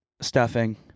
Stuffing